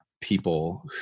people